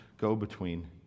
go-between